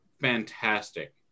fantastic